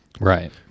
Right